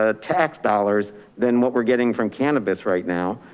ah tax dollars than what we're getting from cannabis right now.